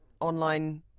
online